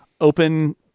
open